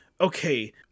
okay